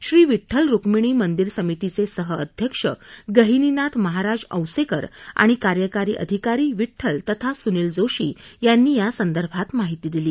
श्री विड्डल रुक्मिणी मंदिर समितीचे सह अध्यक्ष गहिनीनाथ महाराज औसेकर आणि कार्यकारी अधिकारी विठ्ठल तथा सुनील जोशी यांनी यासंदर्भात माहिती दिली